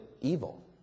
evil